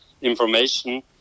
information